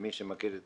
ומי שמכיר את